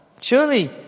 Surely